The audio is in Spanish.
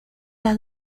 las